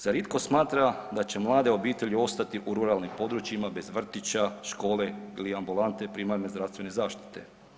Zar itko smatra da će mlade obitelji ostati u ruralnim područjima bez vrtića, škole ili ambulante primarne zdravstvene zaštite?